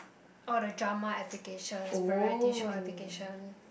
all the drama applications variety show application